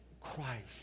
Christ